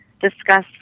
discuss